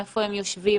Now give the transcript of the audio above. איפה הם יושבים,